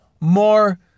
More